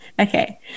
Okay